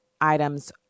items